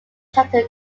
title